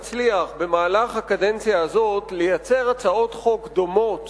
שבמהלך הקדנציה הזאת נצליח לייצר הצעות חוק דומות